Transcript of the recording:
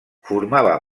formava